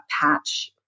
patch